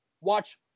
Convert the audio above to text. watch